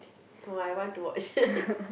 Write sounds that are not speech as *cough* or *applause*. oh I want to watch *laughs*